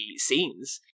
scenes